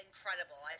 Incredible